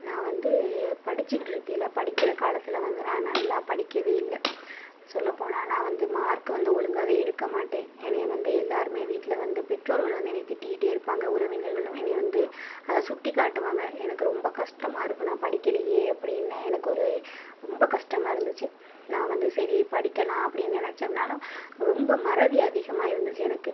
நான் வந்து படிச்சுக்கிட்டு இருக்கையிலே படிக்கின்ற காலத்தில் வந்து நான் நல்லா படிக்கவே இல்லை சொல்லப் போனால் நான் வந்து மார்க் வந்து ஒழுங்காவே எடுக்க மாட்டேன் என்னைய வந்து எல்லோருமே வீட்டில் வந்து பெற்றோர்கள் வந்து என்னைய திட்டிக்கிட்டே இருப்பாங்க உறவினர்களும் என்னைய வந்து அதை சுட்டிக் காட்டுவாங்க எனக்கு ரொம்ப கஷ்டமா இருக்கும் நான் படிக்கலேயே அப்படின்னு எனக்கொரு ரொம்ப கஷ்டமாக இருந்துச்சு நான் வந்து சரி படிக்கலாம் அப்படின்னு நினைச்சோம்னாலும் ரொம்ப மறதி அதிகமாக இருந்துச்சு எனக்கு